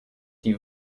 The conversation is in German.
die